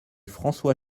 françois